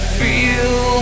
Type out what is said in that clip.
feel